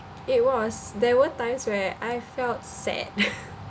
it was there were times where I felt sad